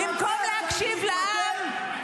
במקום להקשיב לעם.